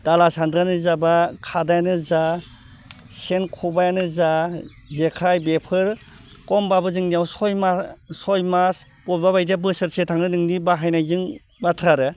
दाला सान्द्रियानो जा बा खादायानो जा सेन खबाइयानो जा जेखाइ बेफोर कमबाबो जोंनियाव सय माह सय मास बबेबा बायदिया बोसोरसे थाङो नोंनि बाहायनायजों बाथ्रा आरो